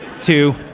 two